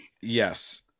Yes